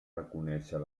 reconèixer